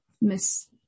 miss